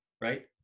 right